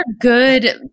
good